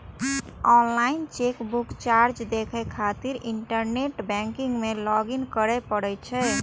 online chequebook charge देखै खातिर internet banking मे लॉग इन करै पड़ै छै